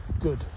good